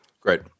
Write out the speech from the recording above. Great